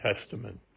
Testament